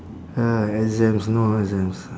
uh exams no exams